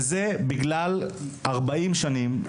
וזה בגלל 40 שנים.